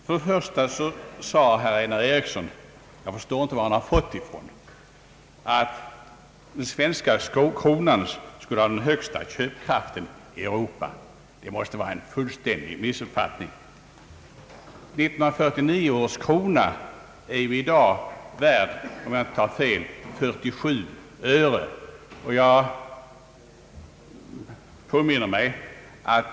För det första sade herr Einar Eriksson — jag förstår inte varifrån han har fått det — att den svenska kronan skulle ha den högsta köpkraften i Europa. Det måste vara en fullständig missuppfattning. 1949 års krona är i dag värd, om jag inte tar fel, 47 öre.